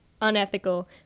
unethical